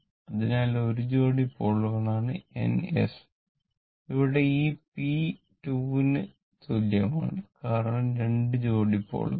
അതിനാൽ 1 ജോഡി പോളുകളാണ് N S ഇവിടെ ഈ p 2 ന് തുല്യമാണ് കാരണം 2 ജോഡി പോളുകൾ